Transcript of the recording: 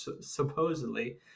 supposedly